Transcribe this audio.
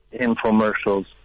infomercials